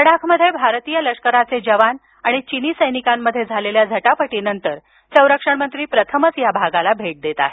लडाखमध्ये भारतीय लष्कराचे जवान आणि चिनी सैनिकांमध्ये झालेल्या झटापटीनंतर संरक्षण मंत्री प्रथमच त्या भागाला भेट देणार आहेत